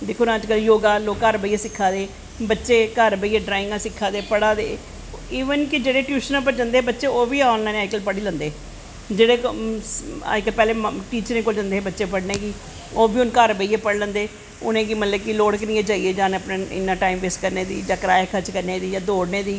योगा अज्ज कल लोग घर बेहियै सिक्खा दे बच्चे घर बेहियै ड्राई्ंगां सिक्खा गे पढ़ा दे इवन कि जेह्ड़े टयूशना पर बच्चे जंदा ओह् बी अज्ज कल ऑन लाईन पढ़ी लैंदे जेह्ड़े पैह्लें टीचरें कोल जंदे हे बच्चे पढ़नें गी ओगह् बी हून घर बेहियै पढ़ी लैंदे उनोेंगी मतलव कि लोग गै नी ऐ जानें दी इन्ना करायाखर्च करनें दी जां दौड़नें दी